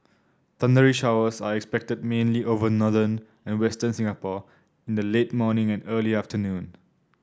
thundery showers are expected mainly over northern and western Singapore in the late morning and early afternoon